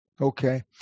Okay